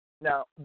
Now